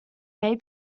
may